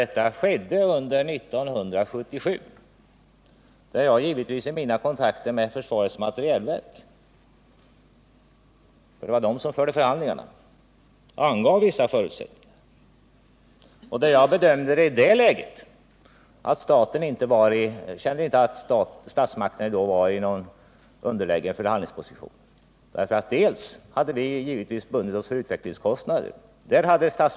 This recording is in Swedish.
Detta skedde under 1977, då jag givetvis i mina kontakter med försvarets materielverk, som förde förhandlingarna, angav vissa förutsättningar. Jag bedömde det inte så att statsmakterna var i något underläge vid förhandlingarna. Vi hade givetvis bundit oss för utvecklingskostnader.